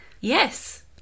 yes